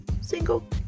single